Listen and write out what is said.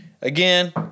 Again